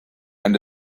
and